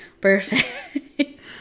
perfect